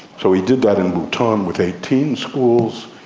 so he did that in bhutan with eighteen schools,